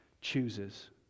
chooses